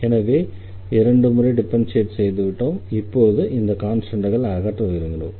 எனவே இரண்டு முறை டிஃபரன்ஷியேட் செய்து விட்டோம் இப்போது இந்த கான்ஸ்டண்ட்களை அகற்ற விரும்புகிறோம்